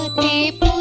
deep